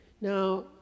Now